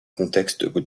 contexte